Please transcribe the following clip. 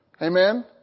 Amen